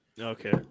Okay